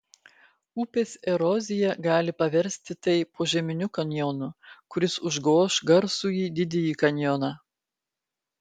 upės erozija gali paversti tai požeminiu kanjonu kuris užgoš garsųjį didįjį kanjoną